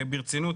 ברצינות,